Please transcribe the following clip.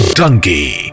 donkey